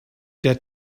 der